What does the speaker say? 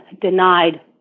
denied